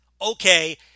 Okay